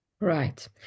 Right